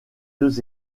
deux